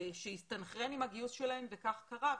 שהסתנכרן עם הגיוס שלהם וכך קרה.